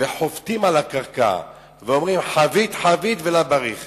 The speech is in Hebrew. וחובטים על הקרקע ואומרים "חביט חביט ולא בריך".